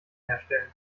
herstellen